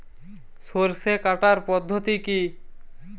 সরষে কাটার পদ্ধতি কি?